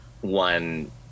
one